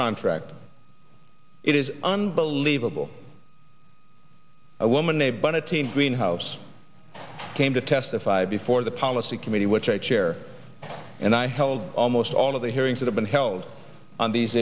contracts it is unbelievable a woman a bun a teen greenhouse came to testify before the policy committee which i chair and i held almost all of the hearings that have been held on these